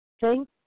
thank